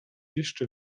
jeszcze